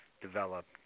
developed